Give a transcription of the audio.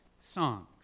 songs